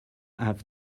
have